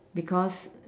because